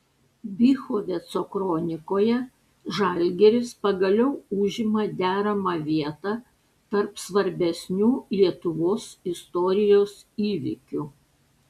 bychoveco kronikoje žalgiris pagaliau užima deramą vietą tarp svarbesnių lietuvos istorijos įvykių